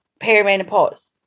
perimenopause